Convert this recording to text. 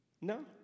No